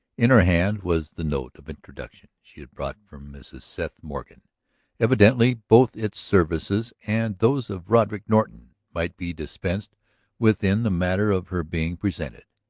in her hand was the note of introduction she had brought from mrs. seth morgan evidently both its services and those of roderick norton might be dispensed with in the matter of her being presented.